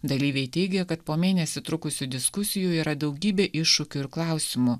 dalyviai teigė kad po mėnesį trukusių diskusijų yra daugybė iššūkių ir klausimų